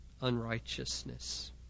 unrighteousness